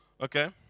okay